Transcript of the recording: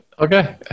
Okay